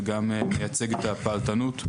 וגם מייצג את הפעלתנות,